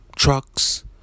trucks